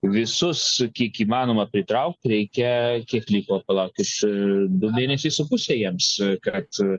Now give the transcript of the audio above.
visus kiek įmanoma pritraukt reikia kiek liko palaukit du mėnesiai su puse jiems kad